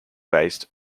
based